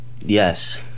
Yes